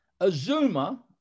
Azuma